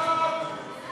שיעורים